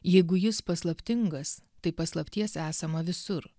jeigu jis paslaptingas tai paslapties esama visur